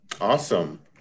Awesome